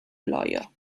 lawyer